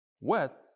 wet